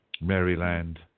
Maryland